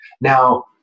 Now